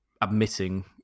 admitting